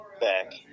back